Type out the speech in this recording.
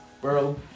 bro